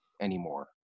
anymore